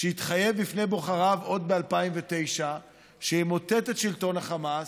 שהתחייב לפני בוחריו עוד ב-2009 שימוטט את שלטון החמאס,